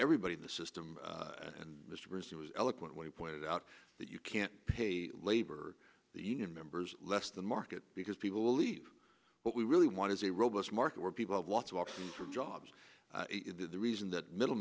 everybody in the system and eloquently pointed out that you can't pay labor union members less than market because people will leave but we really want is a robust market where people have lots of options for jobs the reason that middle